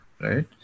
right